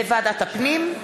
בוועדת הפנים,